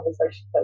conversation